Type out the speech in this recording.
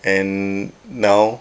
and now